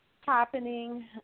happening